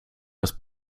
das